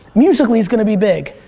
musical ly's going to be big.